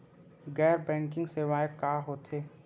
गैर बैंकिंग सेवाएं का होथे?